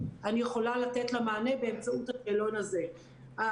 אני יכולה לתת לה מענה באמצעות השאלון הזה.